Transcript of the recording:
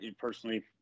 personally